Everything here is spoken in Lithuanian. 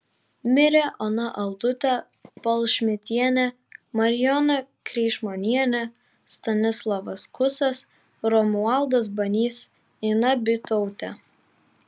mirė ona aldutė palšmitienė marijona kreišmonienė stanislovas kusas romualdas banys ina bytautė